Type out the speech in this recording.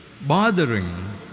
bothering